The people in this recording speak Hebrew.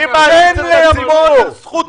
מי מעניש את הציבור?